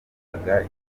yavugaga